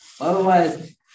Otherwise